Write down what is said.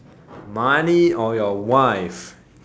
money or your wife